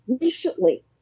recently